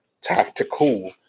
tactical